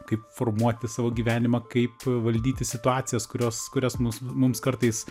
kaip formuoti savo gyvenimą kaip valdyti situacijas kurios kurias mus mums kartais